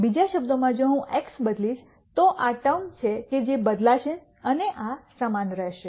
બીજા શબ્દોમાં જો હું x બદલીશ તો આ ટર્મ છે કે જે બદલાશે અને આ સમાન રહેશે